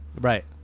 Right